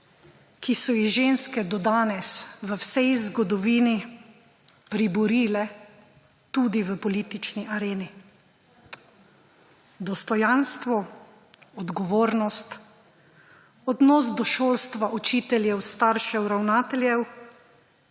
ki so jih ženske do danes, v vsej zgodovini priborile tudi v politični areni. Dostojanstvo, odgovornost, odnos do šolstva, učiteljev, staršev, ravnateljev